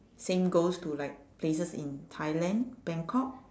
same goes to like places in thailand bangkok